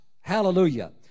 Hallelujah